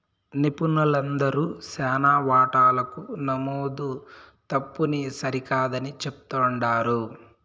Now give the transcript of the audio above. నిపుణులందరూ శానా వాటాలకు నమోదు తప్పుని సరికాదని చెప్తుండారు